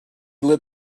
lit